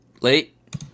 Late